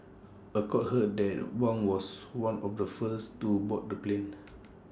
A court heard that Wang was one of the first to board the plane